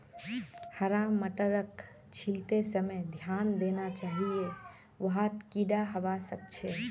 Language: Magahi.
हरा मटरक छीलते समय ध्यान देना चाहिए वहात् कीडा हवा सक छे